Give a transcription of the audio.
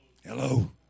Hello